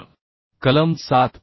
तर कलम 7